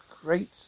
great